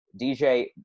DJ